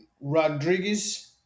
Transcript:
Rodriguez